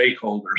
stakeholders